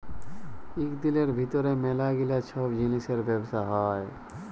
ইক দিলের ভিতর ম্যালা গিলা ছব জিলিসের ব্যবসা হ্যয়